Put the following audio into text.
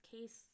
case